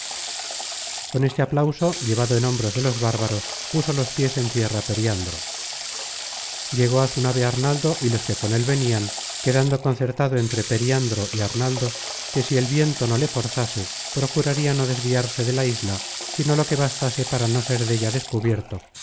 con este aplauso llevado en hombros de los bárbaros puso los pies en tierra periandro llegó á su nave arnaldo y los que con él venían quedando concertado entre periandro y arnaldo que si el viento no le forzase procuraria no desviarse de la isla sino lo que bastase para no ser della descubierto